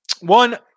One